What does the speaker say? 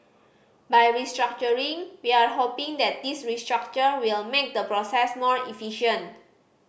by restructuring we are hoping that this restructure will make the process more efficient